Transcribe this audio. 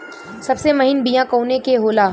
सबसे महीन बिया कवने के होला?